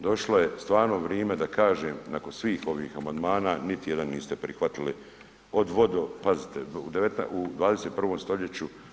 Došlo je stvarno vrijeme da kažem nakon svih ovih amandmana, niti jedan niste prihvatili, od vodo, pazite u 21. st.